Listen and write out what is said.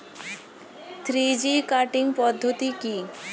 Three G cutting পদ্ধতি কি?